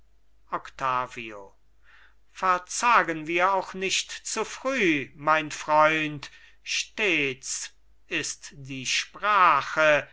octavio verzagen wir auch nicht zu früh mein freund stets ist die sprache